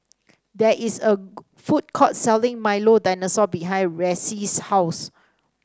there is a food court selling Milo Dinosaur behind Ressie's house